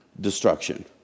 destruction